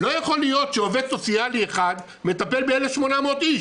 לא יכול להיות שעובד סוציאלי אחד יטפל ב-1,800 איש.